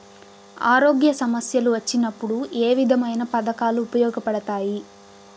ఆరోగ్య సమస్యలు వచ్చినప్పుడు ఏ విధమైన పథకాలు ఉపయోగపడతాయి